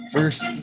First